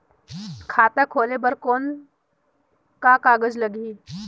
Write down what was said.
खाता खोले बर कौन का कागज लगही?